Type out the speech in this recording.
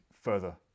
further